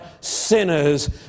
sinners